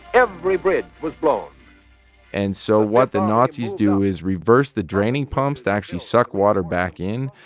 every bridge was blown and so what the nazis do is reverse the draining pumps to actually suck water back in,